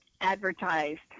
advertised